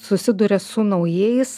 susiduria su naujais